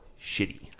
shitty